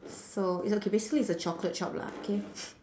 so it's okay basically it's a chocolate shop lah K